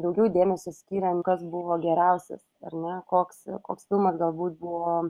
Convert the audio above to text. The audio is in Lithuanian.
daugiau dėmesio skyrėm kas buvo geriausias ar ne koks koks filmas galbūt buvo